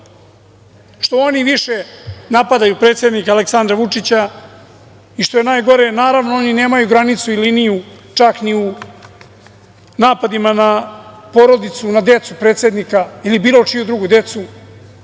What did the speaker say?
oni više napadaju predsednika Aleksandra Vučića, i što je najgore, naravno oni nemaju granicu i liniju čak ni u napadima na porodicu, na decu predsednika ili bilo čiju drugu decu.